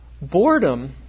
Boredom